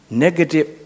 negative